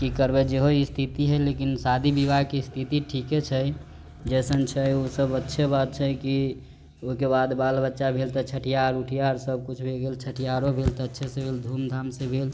की करबै जेहो स्थिति है लेकिन शादी बिवाह के स्थिति ठीके छै जैसन छै ऊसब अच्छे बात छै की ओइकेबाद बाल बच्चा भेल त छठिहार ऊठिहार सबकुछ भे गेल छठिहारो भेल त अच्छे से भेल धूमधाम से भेल